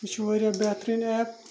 یہِ چھُ واریاہ بہتریٖن ایپ